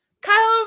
Kyle